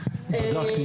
בדקתי,